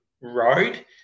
road